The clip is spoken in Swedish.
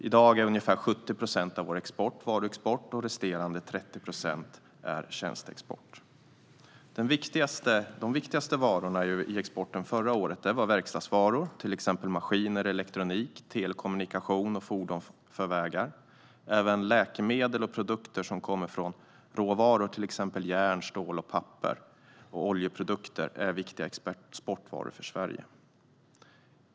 I dag är ungefär 70 procent av vår export varuexport, och resterande 30 procent är tjänsteexport. Det viktigaste varorna i exporten förra året var verkstadsvaror, till exempel maskiner, elektronik, telekommunikation och fordon för vägar. Även läkemedel och produkter som kommer från råvaror, till exempel järn, stål, papper och oljeprodukter, är viktiga exportvaror för Sverige.